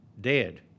dead